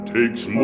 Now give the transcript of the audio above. takes